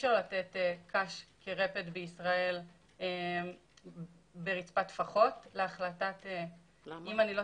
אי-אפשר לתת קש כרפד בישראל ברצפת טפחות אם אני לא